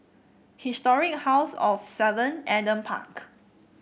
Historic House of Seven Adam Park